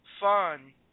fun